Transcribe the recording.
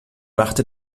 machte